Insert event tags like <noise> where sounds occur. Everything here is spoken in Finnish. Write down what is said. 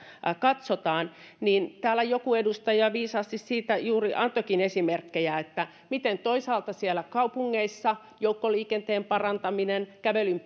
katsotaan niin täällä joku edustaja viisaasti juuri antoikin esimerkkejä siitä miten toisaalta siellä kaupungeissa joukkoliikenteen parantaminen ja kävelyn <unintelligible>